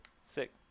sick